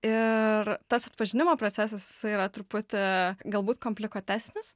ir tas atpažinimo procesas jisai yra truputį galbūt komplikuotesnis